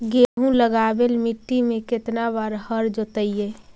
गेहूं लगावेल मट्टी में केतना बार हर जोतिइयै?